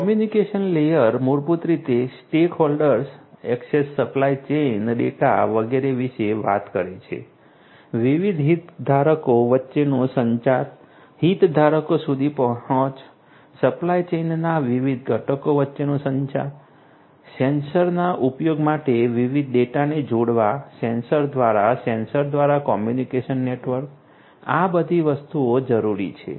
communication layer મૂળભૂત રીતે stakeholder access supply chain data વગેરે વિશે વાત કરે છે વિવિધ હિતધારકો વચ્ચેનો સંચાર હિતધારકો સુધી પહોંચ સપ્લાય ચેઈનના વિવિધ ઘટકો વચ્ચેનો સંચાર સેન્સરના ઉપયોગ માટે વિવિધ ડેટાને જોડવા સેન્સર દ્વારા સેન્સર દ્વારા કોમ્યુનિકેશન નેટવર્ક આ બધી વસ્તુઓ જરૂરી છે